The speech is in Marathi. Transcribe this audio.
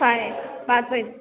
फाय पाच आहेत